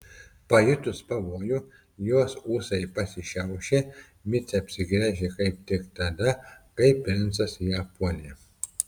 pajutus pavojų jos ūsai pasišiaušė micė apsigręžė kaip tik tada kai princas ją puolė